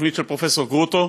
בתוכנית של פרופסור גרוטו,